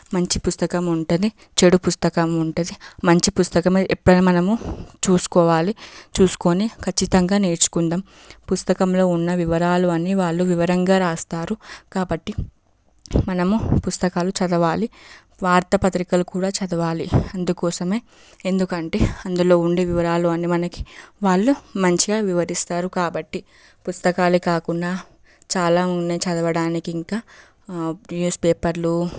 మంచి పుస్తకం ఉంటుంది చెడు పుస్తకం ఉంటుంది మంచి పుస్తకం ఎప్పుడైనా మనము చూసుకోవాలి చూసుకుని ఖచ్చితంగా నేర్చుకుందాం పుస్తకంలో ఉన్న వివరాలు అన్నీ వాళ్ళు వివరంగా రాస్తారు కాబట్టి మనము పుస్తకాలు చదవాలి వార్తా పత్రికలు కూడా చదవాలి అందుకోసం ఎందుకంటే అందులో ఉండే వివరాలు అన్నీ మనకి వాళ్ళు మంచిగా వివరిస్తారు కాబట్టి పుస్తకాలు కాకుండా చాలా ఉన్నాయి చదవడానికి ఇంకా న్యూస్ పేపర్లు